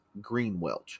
Greenwelch